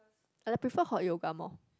and I prefer hot yoga more